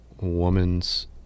woman's